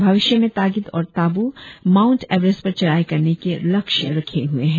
भविष्य में तागित और ताबु माऊंट एवरेस्ट पर चढ़ाई करने की लक्ष्य रखे हुए है